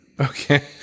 Okay